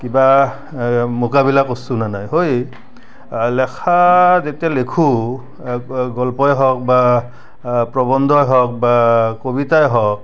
কিবা মুকাবিলা কৰিছোঁনে নাই হয় লেখা যেতিয়া লিখোঁ গল্পই হওক বা আ প্ৰবন্ধই হওক বা আ কবিতাই হওক